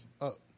Up